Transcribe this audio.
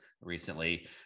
recently